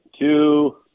two